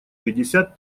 пятьдесят